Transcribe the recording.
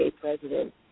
president